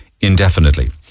indefinitely